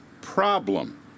problem